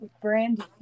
Brandy